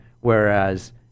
Whereas